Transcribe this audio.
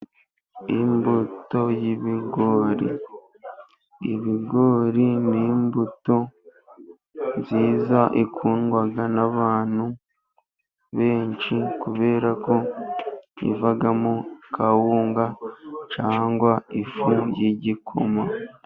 Imbuto y'ibigori . Ibigori ni imbuto nziza ikundwa n'abantu benshi kubera ko ivamo kawunga cyangwa ifu y'igikuma.